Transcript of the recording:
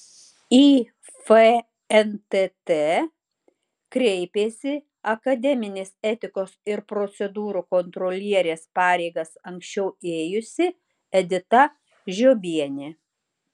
į fntt kreipėsi akademinės etikos ir procedūrų kontrolierės pareigas anksčiau ėjusi edita žiobienė